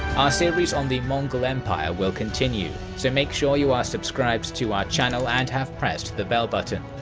our series on the mongol empire will continue, so make sure you are subscribed to our channel and have pressed the bell button.